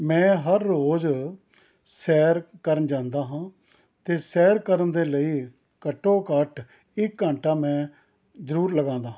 ਮੈਂ ਹਰ ਰੋਜ਼ ਸੈਰ ਕਰਨ ਜਾਂਦਾ ਹਾਂ ਅਤੇ ਸੈਰ ਕਰਨ ਦੇ ਲਈ ਘੱਟੋ ਘੱਟ ਇਕ ਘੰਟਾ ਮੈਂ ਜ਼ਰੂਰ ਲਗਾਉਂਦਾ ਹਾਂ